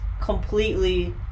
completely